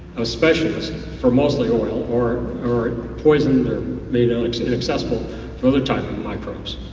a specialist for mostly oil, or or poison made accessible for other type of microbes.